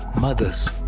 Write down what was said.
mothers